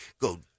go